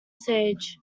siege